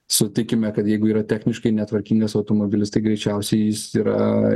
sutikime kad jeigu yra techniškai netvarkingas automobilis greičiausiai jis yra